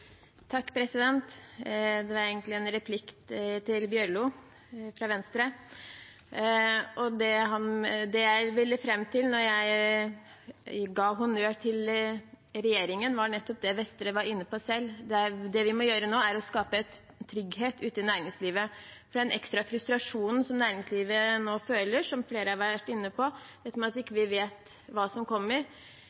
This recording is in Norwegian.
Det er egentlig en replikk til Bjørlo fra Venstre. Det jeg ville fram til da jeg ga honnør til regjeringen, var nettopp det Vestre var inne på selv: Det vi må gjøre nå, er å skape trygghet ute i næringslivet. Når det gjelder den ekstra frustrasjonen som næringslivet nå føler, og som flere har vært inne på, dette med at